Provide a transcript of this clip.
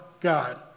God